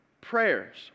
prayers